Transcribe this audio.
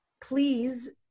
please